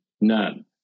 none